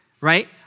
Right